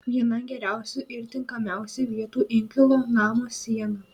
viena geriausių ir tinkamiausių vietų inkilui namo siena